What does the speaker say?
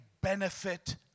benefit